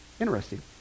Interesting